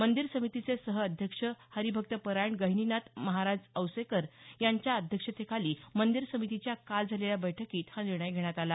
मंदिर समितीचे सहअध्यक्ष हरिभक्तपरायण गहिनीनाथ महाराज औसेकर यांच्या अध्यक्षतेखाली मंदिर समितीच्या काल झालेल्या बैठकीत हा निर्णय घेण्यात आला